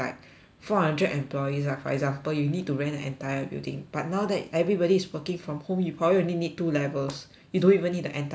four hundred employees ah for example you need to rent the entire building but now that everybody's working from home you probably only need two levels you don't even need the entire building